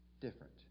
different